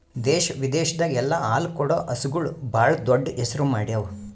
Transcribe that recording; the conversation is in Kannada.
ದೇಶ ವಿದೇಶದಾಗ್ ಎಲ್ಲ ಹಾಲು ಕೊಡೋ ಹಸುಗೂಳ್ ಭಾಳ್ ದೊಡ್ಡ್ ಹೆಸರು ಮಾಡ್ಯಾವು